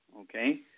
Okay